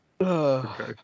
Okay